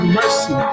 mercy